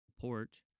porch